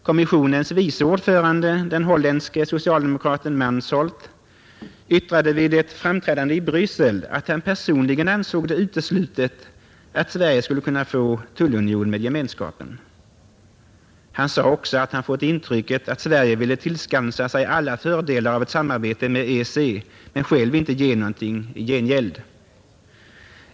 Kommissionens vice ordförande, den holländske socialdemokraten Mansholt, yttrade vid ett framträdande i Bryssel, att han personligen ansåg det uteslutet, att Sverige skulle kunna få tullunion med Gemenskapen. Han sade också, att han fått intrycket, att Sverige ville tillskansa sig alla fördelar av ett samarbete med EEC men inte själv ge något i gengäld.